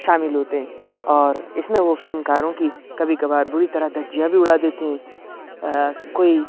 شامل ہوتے ہیں اور اس میں وہ فلم کاروں کی کبھی کبھبار بری طرح دھجیاں بھی اڑا دیتے ہیں کوئی